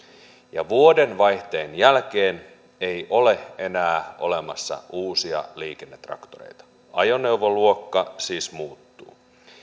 ja vuodenvaihteen jälkeen ei ole enää olemassa uusia liikennetraktoreita ajoneuvoluokka siis muuttuu